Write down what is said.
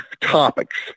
topics